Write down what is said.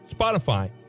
Spotify